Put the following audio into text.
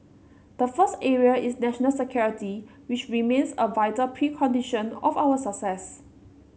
the first area is national security which remains a vital precondition of our success